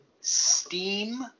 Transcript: steam